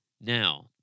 Now